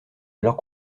alors